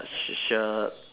a sh~ shirt